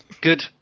Good